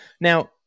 Now